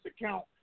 account